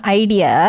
idea